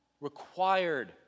Required